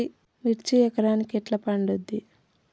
మిర్చి ఎకరానికి ఎట్లా పండుద్ధి?